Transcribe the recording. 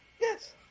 Yes